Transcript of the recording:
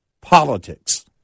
politics